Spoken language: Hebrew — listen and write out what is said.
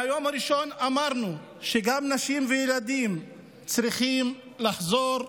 מהיום הראשון אמרנו שגם נשים וילדים צריכים לחזור.